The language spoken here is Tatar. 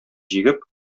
җигеп